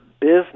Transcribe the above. business